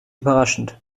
überraschend